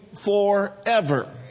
forever